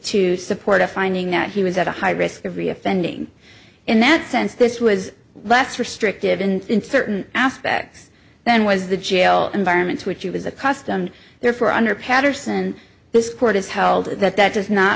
to support a finding that he was at a high risk of re offending in that sense this was less restrictive in certain aspects then was the jail environments which it was accustomed therefore under paterson this court has held that that does not